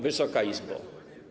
Wysoka Izbo!